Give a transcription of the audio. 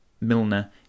Milner